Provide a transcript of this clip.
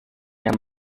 yang